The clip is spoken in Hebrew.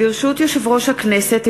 ברשות יושב-ראש הכנסת,